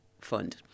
fund